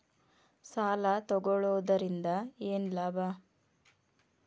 ಸಾಲ ತಗೊಳ್ಳುವುದರಿಂದ ಏನ್ ಲಾಭ?